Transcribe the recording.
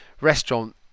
restaurant